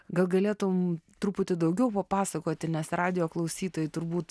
gal galėtum truputį daugiau papasakoti nes radijo klausytojai turbūt